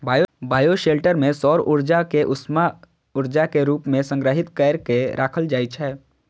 bioshelter मे सौर ऊर्जा कें उष्मा ऊर्जा के रूप मे संग्रहीत कैर के राखल जाइ छै